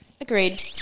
Agreed